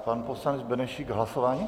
Pan poslanec Benešík hlasování?